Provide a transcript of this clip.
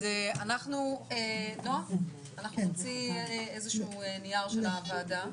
אז אנחנו נוציא נייר של הוועדה.